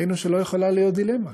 ראינו שלא יכולה להיות דילמה.